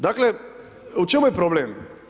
Dakle, u čemu je problem?